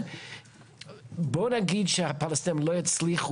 בואו נגיד שהפלסטינים לא יצליחו,